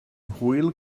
hwyl